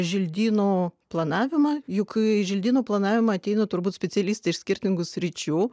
želdynų planavimą juk į želdynų planavimą ateina turbūt specialistai iš skirtingų sričių